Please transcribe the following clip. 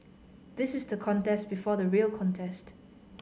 this is the contest before the real contest